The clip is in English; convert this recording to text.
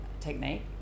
technique